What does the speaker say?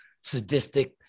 sadistic